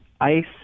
ICE